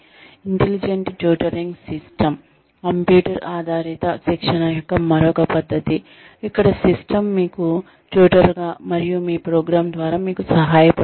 intelligent tutoring system computer ఆధారిత శిక్షణ యొక్క మరొక పద్ధతి ఇక్కడ సిస్టమ్ మీకు ట్యూటర్ గా మరియు మీ ప్రోగ్రామ్ ద్వారా మీకు సహాయపడుతుంది